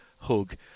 hug